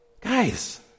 Guys